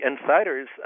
insiders